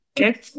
Okay